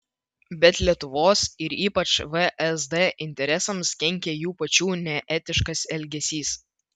bet lietuvos ir ypač vsd interesams kenkia jų pačių neetiškas elgesys